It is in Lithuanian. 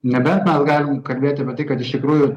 nebent mes galim kalbėt apie tai kad iš tikrųjų